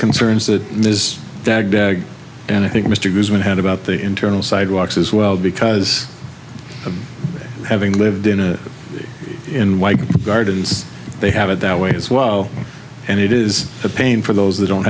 concerns that is there and i think mr goodman had about the internal sidewalks as well because having lived in a in white gardens they have it that way as well and it is a pain for those that don't